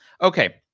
Okay